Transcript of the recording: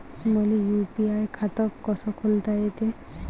मले यू.पी.आय खातं कस खोलता येते?